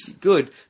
Good